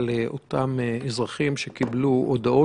על אותם אזרחים שקיבלו הודעות